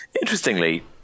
interestingly